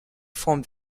from